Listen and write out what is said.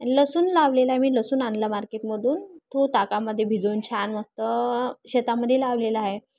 आणि लसूण लावलेला आहे मी लसूण आणला मार्केटमधून तो ताकामध्ये भिजवून छान मस्त शेतामध्ये लावलेला आहे